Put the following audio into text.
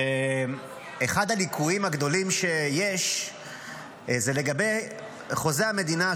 ואחד הליקויים הגדולים שיש הוא לגבי חוזה המדינה,